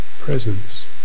presence